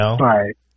Right